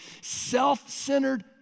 self-centered